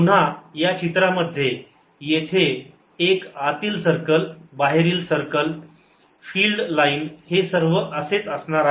पुन्हा या चित्रामध्ये येथे एक आतील सर्कल बाहेरील सर्कल फिल्ड लाईन हे सर्व असेच असणार आहे